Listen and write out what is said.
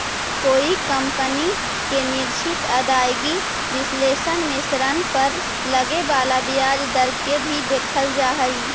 कोई कंपनी के निश्चित आदाएगी विश्लेषण में ऋण पर लगे वाला ब्याज दर के भी देखल जा हई